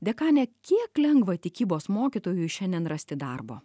dekane kiek lengva tikybos mokytojui šiandien rasti darbo